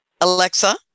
alexa